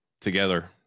together